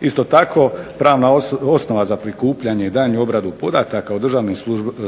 Isto tako, pravna osnova za prikupljanje i daljnju obradu podataka o državnim